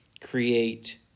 create